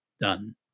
done